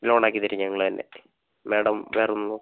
ലോണാക്കിത്തരും ഞങ്ങൾ തന്നെ മാഡം വേറൊന്നും